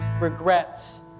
regrets